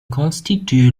constitue